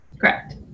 Correct